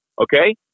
Okay